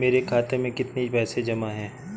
मेरे खाता में कितनी पैसे जमा हैं?